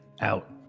out